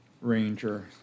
Ranger